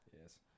Yes